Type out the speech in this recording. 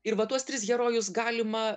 ir va tuos tris herojus galima